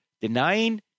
Denying